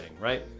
right